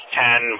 ten